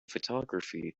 photography